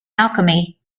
alchemy